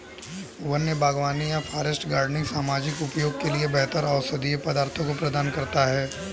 वन्य बागवानी या फॉरेस्ट गार्डनिंग सामाजिक उपयोग के लिए बेहतर औषधीय पदार्थों को प्रदान करता है